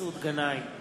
מסעוד גנאים,